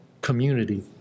community